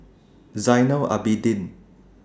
Zainal Abidin